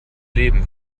leben